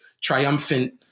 triumphant